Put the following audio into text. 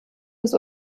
des